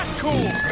cool!